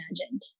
imagined